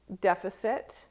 deficit